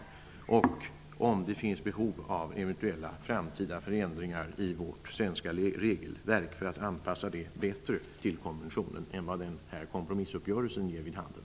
Erfarenheterna får visa om det finns behov av framtida förändringar i vårt svenska regelverk för att anpassa det bättre till konventionen än vad denna kompromissuppgörelse ger vid handen.